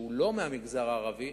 שהוא לא מהמגזר הערבי,